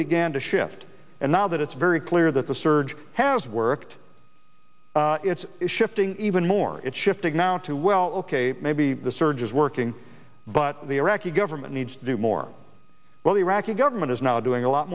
began to shift and now that it's very clear that the surge has worked it's shifting even more it's shifting now to well ok maybe the surge is working but the iraqi government needs to do more but the iraqi government is now doing a lot